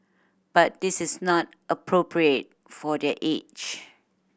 but this is not appropriate for their age